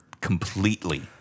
Completely